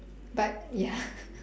but ya